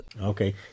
Okay